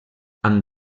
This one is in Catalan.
amb